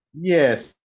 Yes